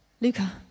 Luca